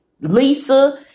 Lisa